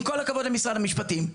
עם כל הכבוד למשרד המשפטים.